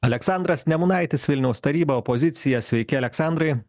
aleksandras nemunaitis vilniaus taryba opozicija sveiki aleksandrai